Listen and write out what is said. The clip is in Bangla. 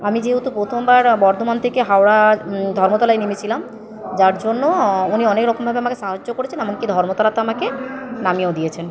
আমি যেহেতু প্রথমবার বর্ধমান থেকে হাওড়া ধর্মতলায় নেমেছিলাম যার জন্য উনি অনেক রকমভাবে আমাকে সাহায্য করেছেন এমন কি ধর্মতলাতে আমাকে নামিয়েও দিয়েছেন